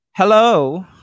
Hello